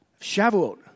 Shavuot